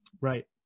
Right